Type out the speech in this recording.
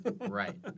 Right